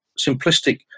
simplistic